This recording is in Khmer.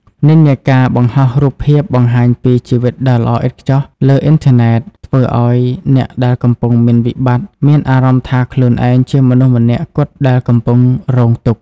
និន្នាការបង្ហោះរូបភាពបង្ហាញពី "ជីវិតដ៏ល្អឥតខ្ចោះ" លើអ៊ីនធឺណិត ធ្វើឱ្យអ្នកដែលកំពុងមានវិបត្តិមានអារម្មណ៍ថាខ្លួនឯងជាមនុស្សម្នាក់គត់ដែលកំពុងរងទុក្ខ។